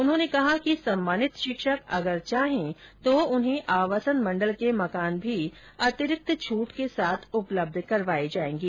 उन्होंने कहा कि सम्मानित शिक्षक अगर चाहें तो उन्हें आवासन मण्डल के मकान भी अतिरिक्त छूट के साथ उपलब्ध करवाये जायेंगे